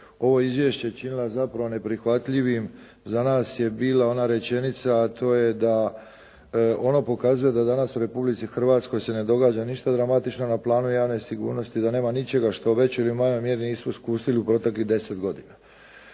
ovo izvješće činila zapravo neprihvatljivim, za nas je bila ona rečenica, a to je da ona pokazuje da danas u Republici Hrvatskoj se ne događa ništa dramatično na planu javne sigurnosti, da nema ničega što u većoj ili u manjoj mjeri nisu iskusili u proteklih 10 godina.